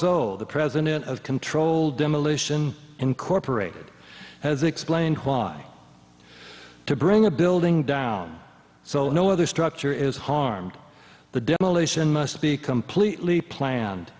old the president of controlled demolition incorporated has explained why to bring a building down so no other structure is harmed the demolition must be completely planned